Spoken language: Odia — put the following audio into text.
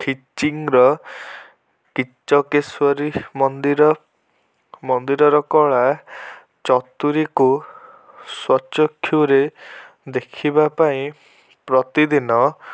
ଖିଚିଙ୍ଗ୍ର କିଚକେଶ୍ୱରୀ ମନ୍ଦିର ମନ୍ଦିରର କଳା ଚତୁରିକୁ ସ୍ୱଚକ୍ଷୁରେ ଦେଖିବା ପାଇଁ ପ୍ରତିଦିନ